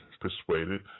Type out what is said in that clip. persuaded